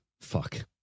fuck